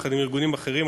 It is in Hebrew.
יחד עם ארגונים אחרים,